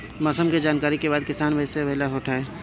मौसम के जानकरी के बाद किसान कैसे लाभ उठाएं?